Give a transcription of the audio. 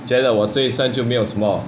觉得我这一生就没有什么